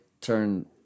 turn